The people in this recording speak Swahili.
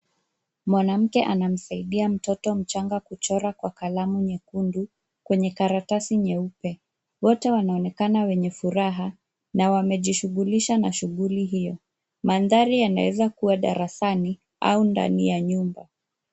Mwanamke anamsaidia mtoto mchanga kuchora kwa kalamu nyekundu kwenye karatasi nyeupe. Wote wanaonekana wenye furaha na wamejishughulisha na shughuli hio. Mandhari yanaweza kuwa darasani au ndani ya nyumba.